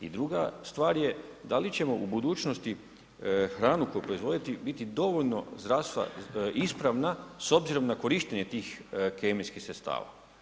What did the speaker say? I druga stvar je, da li ćemo u budućnosti hranu koju proizvoditi biti dovoljno zdravstva, ispravna s obzirom na korištenje tih kemijskih sredstava.